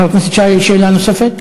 חבר הכנסת שי, שאלה נוספת?